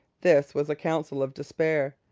this was a counsel of despair,